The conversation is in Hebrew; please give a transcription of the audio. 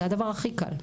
זה הדבר הכי קל.